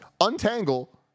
untangle-